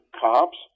cops